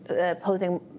opposing